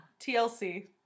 TLC